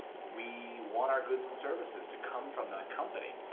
we what are goods and services to come from that company.